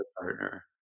partner